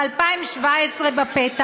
2017 בפתח,